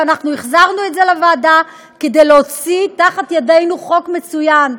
ואנחנו החזרנו את זה לוועדה כדי להוציא תחת ידינו חוק מצוין.